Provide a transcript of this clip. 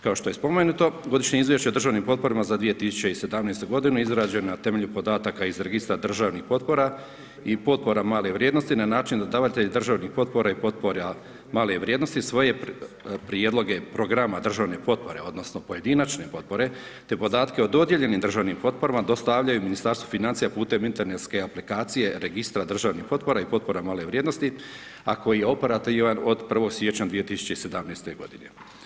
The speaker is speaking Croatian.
Kao što je spomenuto Godišnje izvješće o državnim potporama za 2017. godinu izrađeno je na temelju podataka iz Registra državnih potpora i potpora male vrijednosti na način da davatelj državnih potpora i potpora male vrijednosti svoje prijedloge programa državne potpore odnosno pojedinačne potpore te podatke o dodijeljenim državnim potporama dostavljaju Ministarstvu financija putem internetske aplikacije Registra državnih potpora i potpora male vrijednosti, a koji je operativan od 1. siječnja 2017. godine.